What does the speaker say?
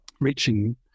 reaching